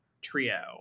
trio